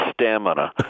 stamina